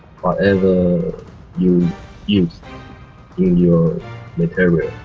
whatever you use in your materials.